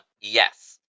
Yes